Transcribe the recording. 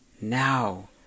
now